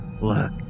Look